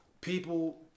people